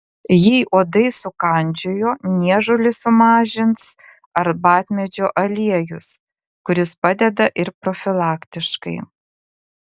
jei uodai sukandžiojo niežulį sumažins arbatmedžio aliejus kuris padeda ir profilaktiškai